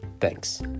Thanks